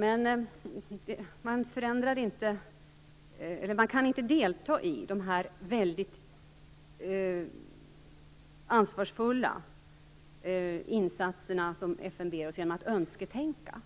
Men man kan inte delta i de väldigt ansvarsfulla insatser som FN ber oss om genom att önsketänka.